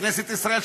בכנסת ישראל,